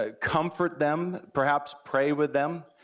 ah comfort them, perhaps pray with them,